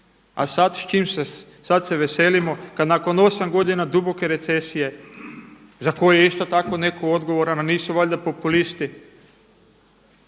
a sada se veselimo kad nakon 8 godina duboke recesije za koju isto tako je netko odgovoran, pa nisu valjda populisti,